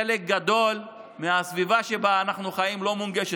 חלק גדול מהסביבה שבה אנחנו חיים לא מונגש.